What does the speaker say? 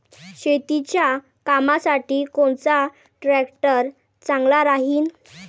शेतीच्या कामासाठी कोनचा ट्रॅक्टर चांगला राहीन?